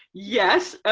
yes.